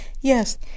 Yes